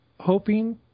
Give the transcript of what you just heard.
hoping